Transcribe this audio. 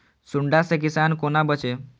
सुंडा से किसान कोना बचे?